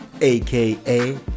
aka